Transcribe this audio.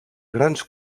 grans